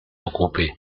regroupés